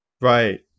right